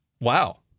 Wow